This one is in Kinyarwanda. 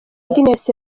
agnes